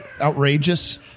outrageous